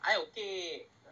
I okay